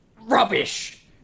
Rubbish